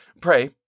Pray